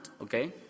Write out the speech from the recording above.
okay